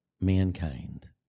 mankind